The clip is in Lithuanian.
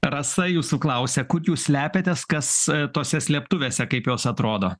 rasa jūsų klausia kur jūs slepiatės kas tose slėptuvėse kaip jos atrodo